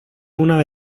una